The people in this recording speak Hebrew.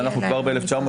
ואנחנו כבר ב-1933.